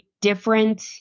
different